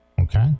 Okay